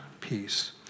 peace